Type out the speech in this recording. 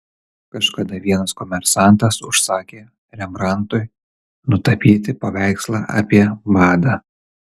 kažkada vienas komersantas užsakė rembrandtui nutapyti paveikslą apie badą